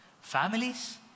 families